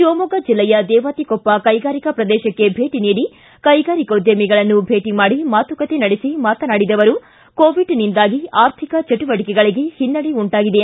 ಶಿವಮೊಗ್ಗ ಜಿಲ್ಲೆಯ ದೇವಾತಿಕೊಪ್ಪ ಕೈಗಾರಿಕಾ ಪ್ರದೇಶಕ್ಕೆ ಭೇಟಿ ನೀಡಿ ಕೈಗಾರಿಕೋದ್ಯಮಿಗಳನ್ನು ಭೇಟಿ ಮಾಡಿ ಮಾತುಕತೆ ನಡೆಸಿ ಮಾತನಾಡಿದ ಅವರು ಕೋವಿಡ್ದಿಂದಾಗಿ ಅರ್ಥಿಕ ಚಟುವಟಿಕೆಗಳಿಗೆ ಹಿನ್ನಡೆ ಉಂಟಾಗಿದೆ